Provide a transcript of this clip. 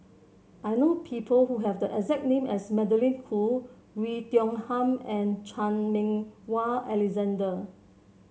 I know people who have the exact name as Magdalene Khoo Oei Tiong Ham and Chan Meng Wah Alexander